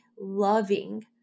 loving